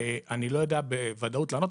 אני יודע בוודאות לענות.